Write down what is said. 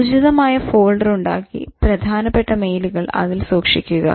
ഉചിതമായ ഫോൾഡർ ഉണ്ടാക്കി പ്രധാനപ്പെട്ട മെയിലുകൾ അതിൽ സൂക്ഷിക്കുക